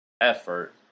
effort